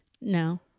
No